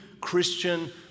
Christian